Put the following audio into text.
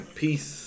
peace